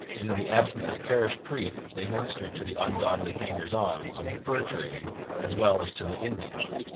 and in the absence of parish priests they ministered to the ungodly hangers-on of the fur trade as well as to the indians.